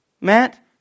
Matt